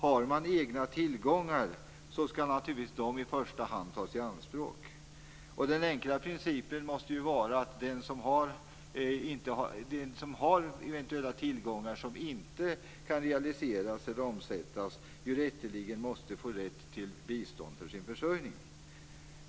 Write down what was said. Har man egna tillgångar skall naturligtvis de i första hand tas i anspråk. Den enkla principen måste vara att den som har eventuella tillgångar som inte kan realiseras eller omsättas rätteligen måste få rätt till bistånd för sin försörjning.